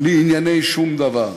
לענייני שום דבר.